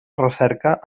recerca